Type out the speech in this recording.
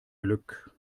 glück